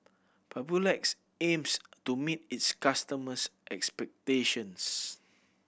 papulex aims to meet its customers' expectations